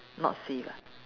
not safe ah